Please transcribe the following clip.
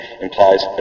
implies